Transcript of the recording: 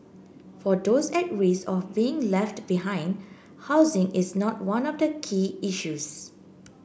for those at risk of being left behind housing is not one of the key issues